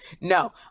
No